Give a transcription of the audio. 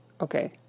Okay